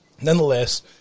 Nonetheless